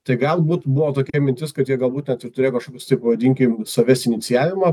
tai galbūt buvo tokia mintis kad jie galbūt net ir turėjo kažkokius tai pavadinkim savęs inicijavimą